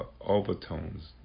overtones